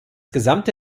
gesamte